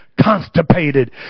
constipated